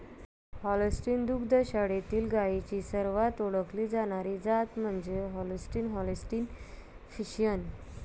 Holstein दुग्ध शाळेतील गायींची सर्वात ओळखली जाणारी जात म्हणजे होल्स्टीन होल्स्टीन फ्रिशियन